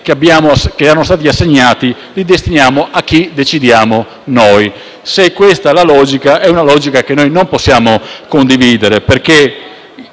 che erano stati assegnati li destiniamo a chi decidiamo noi. Se è questa la logica, noi non possiamo condividerla